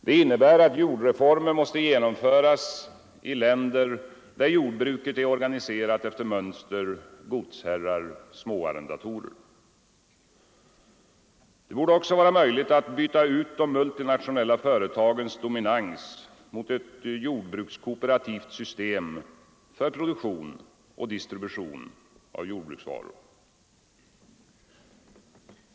Det innebär att jordreformer måste genomföras i länder där jordbruket är organiserat efter mönstret godsherrar och småarrendatorer. Det borde vara möjligt att byta ut de multinationella företagens dominans mot ett jordbrukskooperativt system för produktion och distribution av jordbruksvaror.